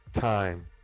time